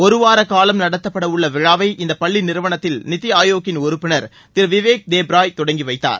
ஒரு வாரகாலம் நடத்தப்படவுள்ள விழாவை இந்த பள்ளி நிறுவனத்தில் நிதி ஆயோகின் உறுப்பினர் திரு விவேக் தேப்ராய் தொடங்கி வைத்தார்